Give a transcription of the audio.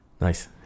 nice